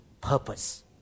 purpose